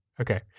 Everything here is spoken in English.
okay